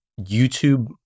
YouTube